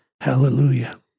hallelujah